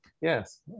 Yes